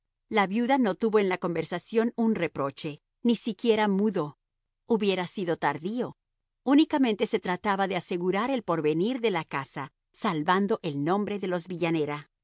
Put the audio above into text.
la conversación un reproche ni siquiera mudo hubiera sido tardío únicamente se trataba de asegurar el porvenir de la casa salvando el nombre de los villanera